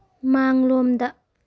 ꯃꯥꯡꯂꯣꯝꯗ